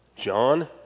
John